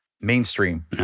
mainstream